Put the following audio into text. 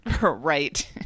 right